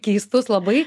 keistus labai